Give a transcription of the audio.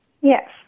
Yes